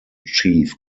chief